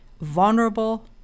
Vulnerable